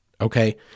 Okay